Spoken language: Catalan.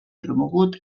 promogut